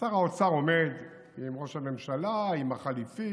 אז שר האוצר עומד עם ראש הממשלה, עם החליפי,